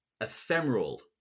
ephemeral